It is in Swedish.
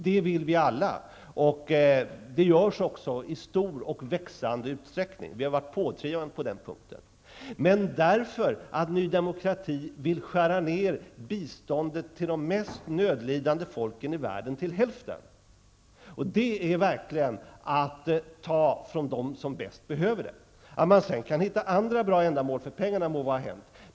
Det vill vi alla, och det görs också i stor och växande utsträckning. Vi har varit pådrivande på den punkten. Anledningen är i stället att nydemokrati vill skära ned biståndet till de mest nödlidande folken i världen till hälften. Det är verkligen att ta från dem som bäst behöver det. Att man sedan kan hitta andra bra ändamål för pengarna må vara hänt.